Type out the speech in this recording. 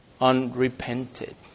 unrepented